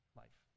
life